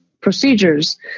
procedures